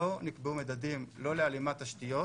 לא נקבעו מדדים לא להלימת תשתיות